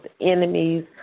enemies